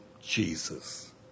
Jesus